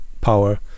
power